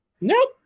Nope